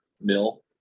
mill